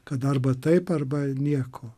kad arba taip arba nieko